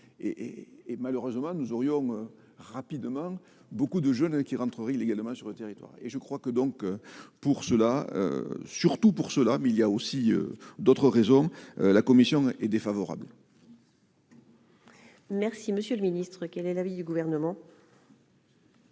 et, malheureusement, nous aurions rapidement, beaucoup de jeunes qui rentreraient illégalement sur le territoire et je crois que, donc, pour cela, surtout pour cela, mais il y a aussi d'autres raisons, la commission est défavorable. Merci monsieur le ministre, quel est l'avis du gouvernement.